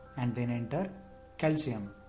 and then enter calcium.